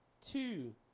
two